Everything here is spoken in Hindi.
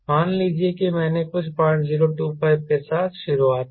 मान लीजिए कि मैंने कुछ 0025 के साथ शुरुआत की